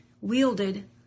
wielded